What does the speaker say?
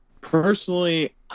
personally